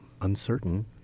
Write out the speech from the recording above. uncertain